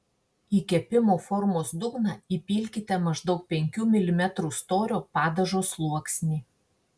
į kepimo formos dugną įpilkite maždaug penkių milimetrų storio padažo sluoksnį